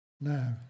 Now